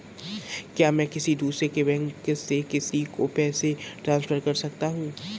क्या मैं किसी दूसरे बैंक से किसी को पैसे ट्रांसफर कर सकता हूँ?